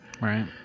Right